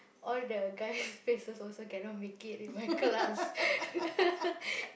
all the guys' faces also cannot make it in my class